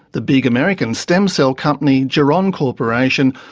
the big american stem cell company, geron corporation,